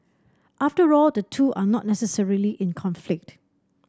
after all the two are not necessarily in conflict